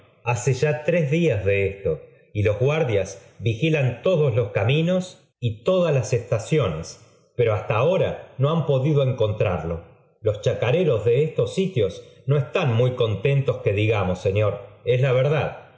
hace ya tres días de esto y los guardias vigilan todos los caminos y todas las estaciofies pero hasta ahora no har podido encontrarlo loa chacareros de estos sitios no están muy contento que digamos señor es la verdad